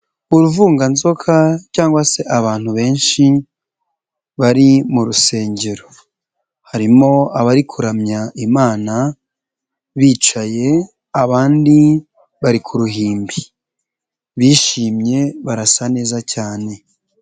Uruvunganzoka cyangwa se abantu benshi bari mu rusengero harimo abari kuramya imana bicaye abandi bari ku ruhimbi, bishimye barasa neza cyane.